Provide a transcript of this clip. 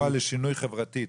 הנוהל לשינוי חברתי,